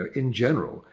in general,